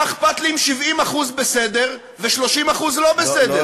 מה אכפת לי אם 70% בסדר, ו-30% לא בסדר?